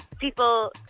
people